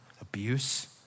abuse